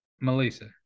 Melissa